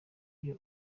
iyo